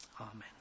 Amen